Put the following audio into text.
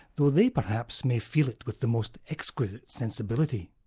though they perhaps may feel it with the most exquisite sensibility.